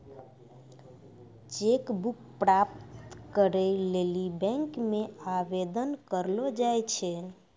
cheque book प्राप्त करै लेली बैंक मे आवेदन करलो जाय छै